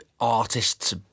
artists